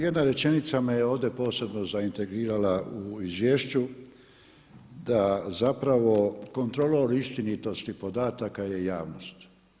Jedna rečenica me je ovdje posebno zaintegrila u izvješću da zapravo kontrolor istinitosti podataka je javnost.